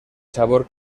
sabor